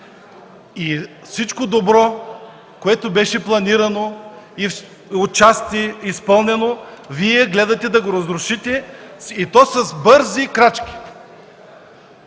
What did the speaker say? Всичко добро, което беше планирано и отчасти изпълнено, Вие гледате да го разрушите, и то с бързи крачки.